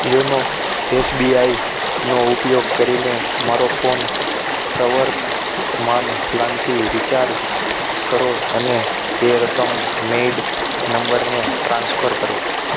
YONO એસબીઆઈનો ઉપયોગ કરીને મારો ફોન પ્રવર્તમાન પ્લાનથી રીચાર્જ કરો અને એ રકમ મેઈડ નંબરને ટ્રાન્સફર કરો